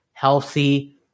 Healthy